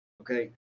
okay